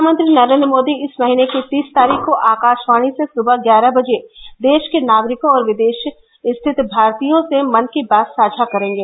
प्रधानमंत्री नरेन्द्र मोदी इस महीने की तीस तारीख को आकाशवाणी से सुबह ग्यारह बजे देश के नागरिकों और विदेश स्थित भारतीयों से मन की बात साझा करेंगे